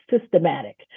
systematic